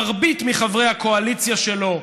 מרבית מחברי הקואליציה שלו,